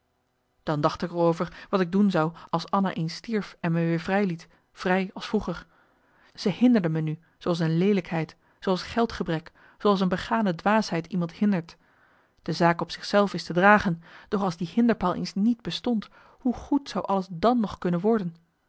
dan dacht ik er over wat ik doen zou als anna eens stierf en me weer vrij liet vrij als vroeger ze hinderde me nu zooals een leelijkheid zooals geldgebrek zooals een begane dwaasheid iemand hindert de zaak op zich zelf is te dragen doch als die hinderpaal eens niet bestond hoe goed zou alles dan nog kunnen worden